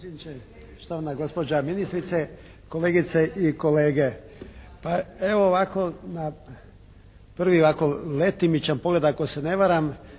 štovana gospođo ministrice, kolegice i kolege. Pa evo ovako na prvi ovako letimičan pogled ako se ne varam